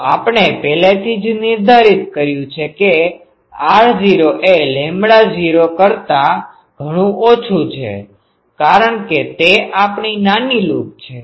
તો આપણે પહેલેથી જ નિર્ધારિત કર્યું છે કે r0 એ λ0 લેમ્બડા નોટ કરતા ઘણું ઓછું છે કારણ કે તે આપણી નાની લૂપ છે